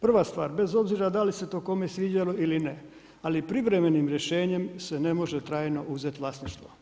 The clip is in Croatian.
Prva stvar, bez obzira da li se to kome sviđalo ili ne, ali privremenim rješenjem se ne može trajno uzeti vlasništvo.